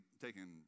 taken